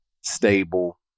stable